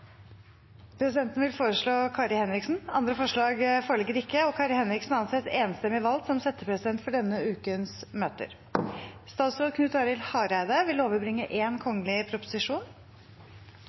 Presidenten vil foreslå Kari Henriksen. – Andre forslag foreligger ikke, og Kari Henriksen anses enstemmig valgt som settepresident for denne ukens møter. Representanten Erlend Wiborg vil fremsette to representantforslag. Det er en